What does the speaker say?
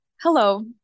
hello